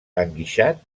enguixat